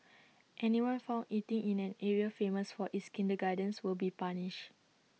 anyone found eating in an area famous for its kindergartens will be punished